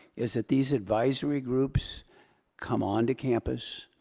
is that these advisory groups come onto campus.